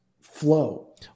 flow